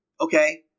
okay